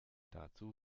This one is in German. dazu